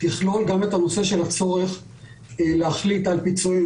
תכלול גם את הנושא של הצורך להחליט על פיצויים.